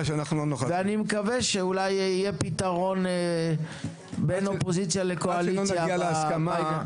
מקווה שאולי יהיה פתרון בין אופוזיציה לקואליציה.